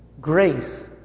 grace